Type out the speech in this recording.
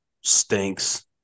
stinks